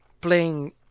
playing